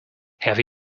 have